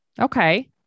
Okay